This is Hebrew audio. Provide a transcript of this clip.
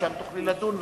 ושם תוכלי לדון,